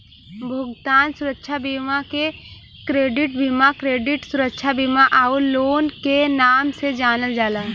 भुगतान सुरक्षा बीमा के क्रेडिट बीमा, क्रेडिट सुरक्षा बीमा आउर लोन के नाम से जानल जाला